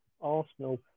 Arsenal